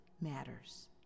matters